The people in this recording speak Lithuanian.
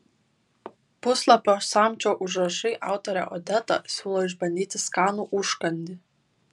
puslapio samčio užrašai autorė odeta siūlo išbandyti skanų užkandį